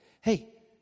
hey